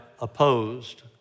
opposed